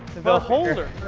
the holder.